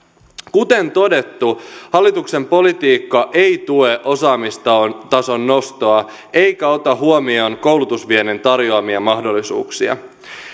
kuten todettu hallituksen politiikka ei tue osaamistason nostoa eikä ota huomioon koulutusviennin tarjoamia mahdollisuuksia